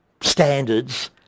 standards